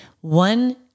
one